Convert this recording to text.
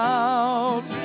out